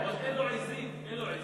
אבל אין לו עזים, אין לו עזים.